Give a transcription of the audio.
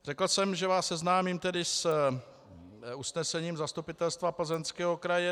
Řekl jsem, že vás seznámím tedy s usnesením Zastupitelstva Plzeňského kraje.